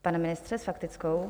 Pane ministře, s faktickou.